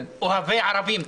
אוהבי ערבים,